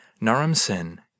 Naram-Sin